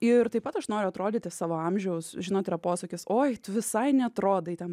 ir taip pat aš noriu atrodyti savo amžiaus žinot yra posakis oi tu visai neatrodai ten